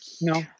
No